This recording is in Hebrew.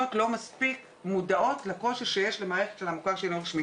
העירייה לא נותנת לו בדרך-כלל למרות שיש עיריות שכן.